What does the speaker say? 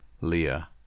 Leah